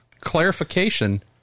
clarification